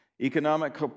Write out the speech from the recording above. economic